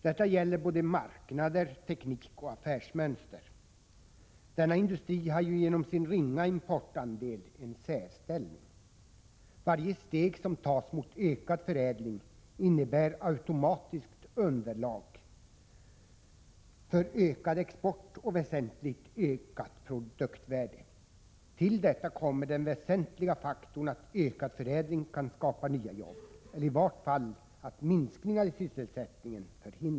Detta gäller både marknader, teknik och affärsmönster. Denna industri har ju genom sin ringa importandel en särställning. Varje steg som tas mot ökad förädling innebär automatiskt underlag för ökad export och väsentligt ökat produktvärde. Till detta kommer den väsentliga faktorn att ökad förädling kan skapa nya jobb; i vart fall förhindras minskningar i sysselsättningen.